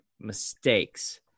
mistakes